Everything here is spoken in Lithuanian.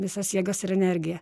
visas jėgas ir energiją